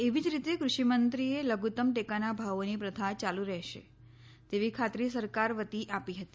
એવી જ રીતે કૃષિમંત્રીએ લધુત્તમ ટેકાના ભાવોની પ્રથા ચાલુ રહેશે તેવી ખાતરી સરકાર વતી આપી હતી